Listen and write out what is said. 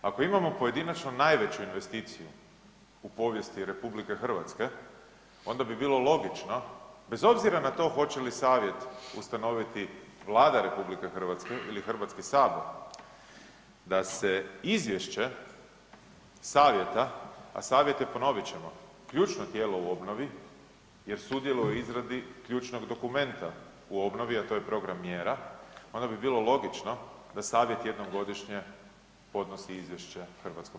Ako imamo pojedinačno najveću investiciju u povijesti RH onda bi bilo logično, bez obzira na to hoće li savjet ustanoviti Vlada RH ili HS, da se izvješće savjeta, a savjet je, ponovit ćemo, ključno tijelo u obnovi jer sudjeluje u izradi ključnog dokumenta u obnovi, a to je program mjera, onda bi bilo logično da savjet jednom godišnje podnosi izvješće HS.